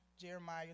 Jeremiah